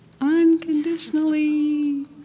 Unconditionally